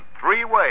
three-way